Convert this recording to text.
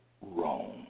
wrong